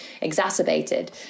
exacerbated